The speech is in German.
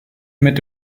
mit